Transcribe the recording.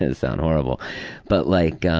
ah sound horrible but like,